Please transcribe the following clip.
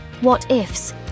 what-ifs